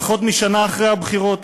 פחות משנה אחרי הבחירות?